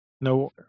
No